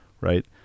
right